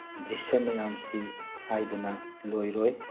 dress ꯃꯌꯥꯝꯁꯤ ꯍꯥꯏꯗꯅ ꯂꯣꯏꯔꯣꯏ